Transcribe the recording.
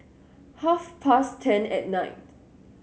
half past ten at night